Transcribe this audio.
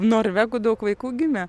norvegų daug vaikų gimė